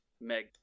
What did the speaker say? Meg